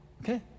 Okay